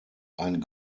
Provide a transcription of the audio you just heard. ein